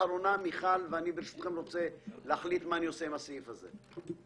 מיכל ואני ברשותכם רוצה להחליט מה אני עושה עם הסעיף הזה.